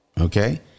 Okay